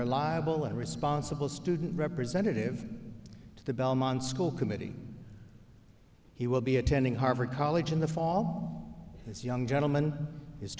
reliable and responsible student representative to the belmont school committee he will be attending harvard college in the fall this young gentleman is